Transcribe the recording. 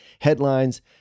headlines